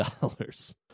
dollars